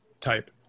type